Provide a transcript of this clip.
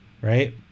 right